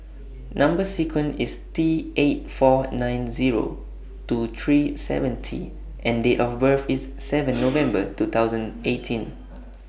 Number sequence IS T eight four nine Zero two three seven T and Date of birth IS seven November two thousand eighteen